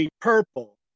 Purple